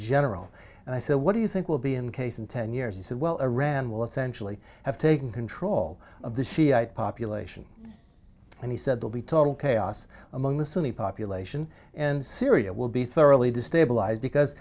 general and i said what do you think will be in case in ten years he said well iran will essentially have taken control of the shiite population and he said will be total chaos among the sunni population and syria will be thoroughly destabilized because